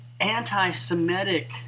anti-Semitic